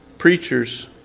preachers